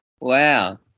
Wow